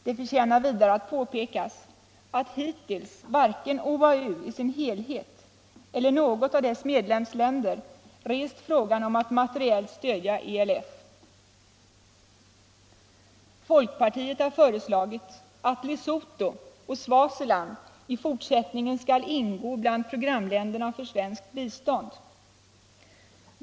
Det förtjänar vidare att påpekas, att hittills varken OAU i sin helhet eller något av dess medlemsländer rest frågan om att materiellt stödja ELF. Folkpartiet har föreslagit att Lesotho och Swaziland i fortsättningen skall ingå bland programländerna för svenskt bistånd.